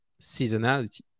seasonality